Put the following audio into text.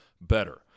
better